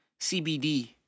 CBD